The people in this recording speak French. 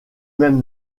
même